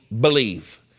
believe